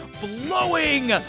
blowing